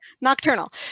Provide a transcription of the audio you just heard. Nocturnal